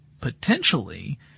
potentially